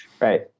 right